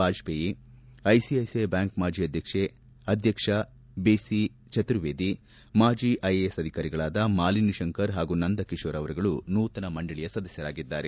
Bajpai ICICI bank ಮಾಜಿ ಅಧ್ಯಕ್ಷ ಜಿಸಿಚತುರ್ವೇದಿ ಮಾಜಿ ಐಎಎಸ್ ಅಧಿಕಾರಿಗಳಾದ ಮಾಲಿನಿ ಶಂಕರ್ ಹಾಗೂ ನಂದಕಿಶೋರ್ ಅವರುಗಳು ನೂತನ ಮಂಡಳಿಯಲ್ಲಿದ್ದಾರೆ